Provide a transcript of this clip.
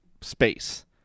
space